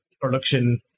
production